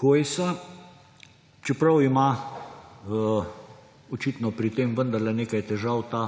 Hojsa, čeprav ima očitno pri tem vendarle nekaj težav ‒